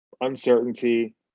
uncertainty